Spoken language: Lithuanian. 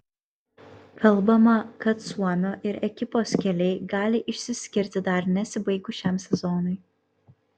kalbama kad suomio ir ekipos keliai gali išsiskirti dar nesibaigus šiam sezonui